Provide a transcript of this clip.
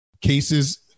cases